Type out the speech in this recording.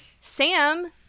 Sam